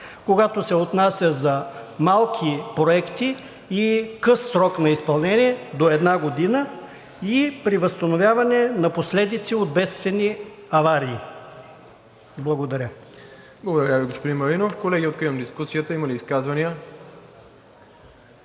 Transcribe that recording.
когато се отнася за малки проекти и къс срок на изпълнение до една година и при възстановяване на последици от бедствия и аварии. Благодаря. ПРЕДСЕДАТЕЛ МИРОСЛАВ ИВАНОВ: Благодаря Ви, господин Маринов. Колеги, откривам дискусията. Има ли изказвания?